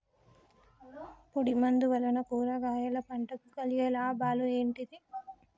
పొడిమందు వలన కూరగాయల పంటకు కలిగే లాభాలు ఏంటిది?